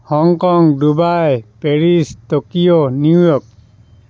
Hong Kong Dubai Paris Tokyo New York